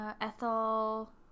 ethel